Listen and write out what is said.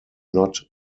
not